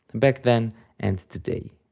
and back then and today.